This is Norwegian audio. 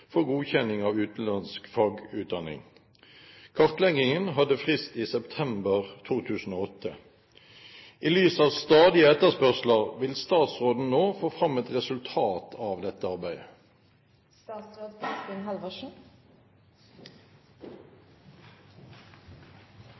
for godkjenning av utenlandsk fagutdanning. Kartleggingen hadde frist i september 2008. I lys av stadige etterspørsler, vil statsråden nå få fram et resultat av dette